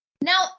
now